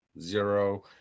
Zero